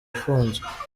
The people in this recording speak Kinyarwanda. afunzwe